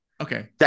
Okay